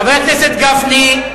חבר הכנסת גפני,